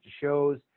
shows